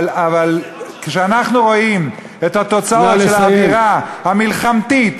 אבל כשאנחנו רואים את התוצאות של האווירה המלחמתית,